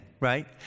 right